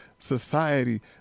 society